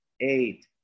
eight